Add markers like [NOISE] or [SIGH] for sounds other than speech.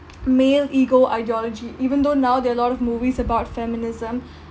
male ego ideology even though now there are a lot of movies about feminism [BREATH]